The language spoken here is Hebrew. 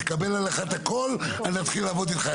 תקבל הכול נתחיל לעבוד אתך.